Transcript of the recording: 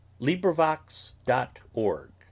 LibriVox.org